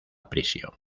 prisión